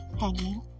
hanging